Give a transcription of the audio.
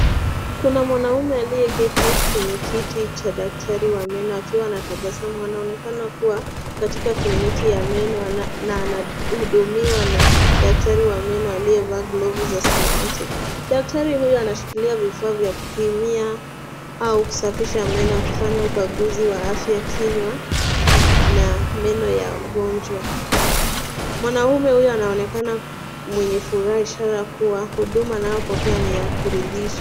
Kuna mwanaume aliyeketi kwenye kiti cha daktari wa meno. akiwa na tabasamu ,anaonekana kuwa katika kliniki ya meno na anahudumiwa na daktari wa meno aliyevaa glovu za samawati.,Daktari Huyu anashikilia vifaa vya kupimia au kusafisha meno akifanya ukaguzi wa afya kinywa na meno ya mgonjwa .Mwanaume Huyu anaonekana mwenye furaha, ishara kuwa huduma anayopokea ni ya kuridhisha.